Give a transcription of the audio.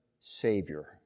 Savior